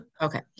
Okay